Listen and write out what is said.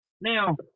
Now